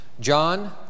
John